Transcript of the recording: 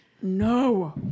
no